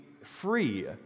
free